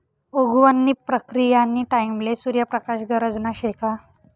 उगवण नी प्रक्रीयानी टाईमले सूर्य प्रकाश गरजना शे का